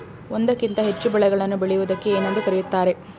ಒಂದಕ್ಕಿಂತ ಹೆಚ್ಚು ಬೆಳೆಗಳನ್ನು ಬೆಳೆಯುವುದಕ್ಕೆ ಏನೆಂದು ಕರೆಯುತ್ತಾರೆ?